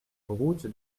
route